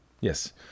yes